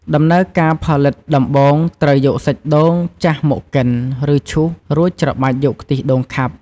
ដំណើរការផលិត ដំបូងត្រូវយកសាច់ដូងចាស់មកកិន ឬឈូស រួចច្របាច់យកខ្ទិះដូងខាប់។